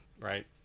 right